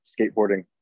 skateboarding